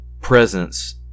presence